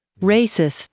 racist